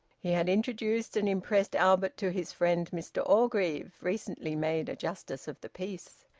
he had introduced an impressed albert to his friend mr orgreave, recently made a justice of the peace.